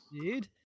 dude